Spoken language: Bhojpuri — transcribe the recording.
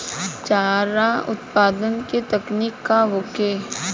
चारा उत्पादन के तकनीक का होखे?